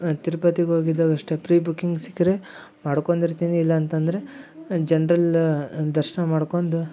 ತಿರ್ಪತಿಗೆ ಹೋಗಿದ್ದಾಗ ಅಷ್ಟೇ pre booking ಸಿಕ್ಕರೆ ಮಾಡ್ಕೊಂಡು ಇರ್ತೀನಿ ಇಲ್ಲ ಅಂತಂದರೆ ಜನ್ರಲ್ ದರ್ಶನ ಮಾಡ್ಕೊಂಡು